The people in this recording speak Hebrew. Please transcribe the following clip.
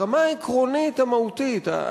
ברמה העקרונית המהותית,